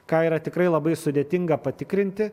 ką yra tikrai labai sudėtinga patikrinti